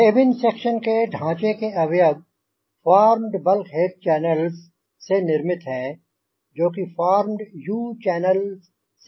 cabin section के ढाँचे के अवयव फ़ॉर्म्ड बल्क्हेड चैनल्ज़ से निर्मित हैं जो कि फ़ॉर्म्ड U चैनल्ज़ सेक्शंज़ हैं